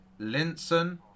Linson